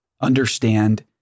understand